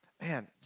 man